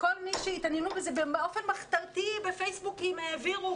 דרך פייסבוק ודברים כאלה.